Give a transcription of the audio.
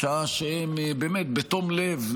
בשעה שהם באמת בתום לב,